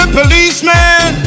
Policeman